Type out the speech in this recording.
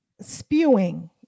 spewing